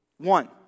One